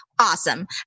Awesome